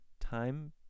time